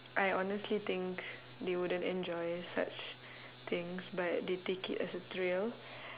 I honestly think they wouldn't enjoy such things but they take it as a thrill